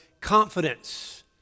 confidence